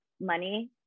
money